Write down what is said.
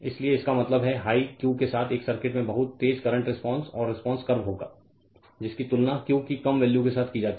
इसलिए इसका मतलब है हाई Q के साथ एक सर्किट में एक बहुत तेज करंट रेस्पॉन्स और रेस्पॉन्स कर्व होगी जिसकी तुलना Q की कम वैल्यू के साथ की जाती है